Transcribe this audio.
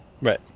Right